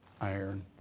iron